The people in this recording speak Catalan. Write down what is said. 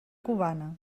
cubana